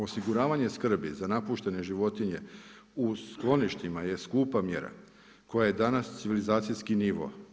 Osiguravanje skrbi za napuštene životinje u skloništima je skupa mjera, koja je danas civilizacijski nivo.